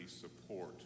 support